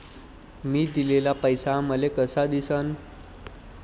मी दिलेला पैसा मले कसा दिसन?